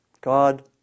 God